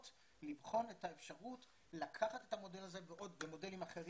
לבחון את האפשרות לקחת את המודל הזה ומודלים אחרים,